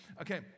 Okay